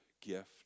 gift